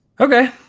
Okay